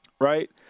Right